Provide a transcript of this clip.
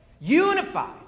unified